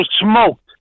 smoked